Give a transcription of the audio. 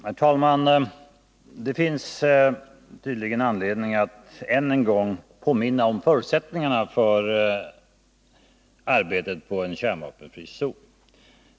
Herr talman! Det finns tydligen anledning att än en gång påminna om förutsättningarna för arbetet på en kärnvapenfri zon.